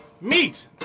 Meet